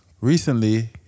recently